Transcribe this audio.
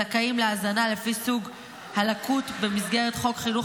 זכאים להזנה לפי סוג הלקות במסגרת חוק חינוך